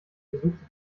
versuchte